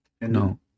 No